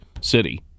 city